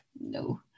no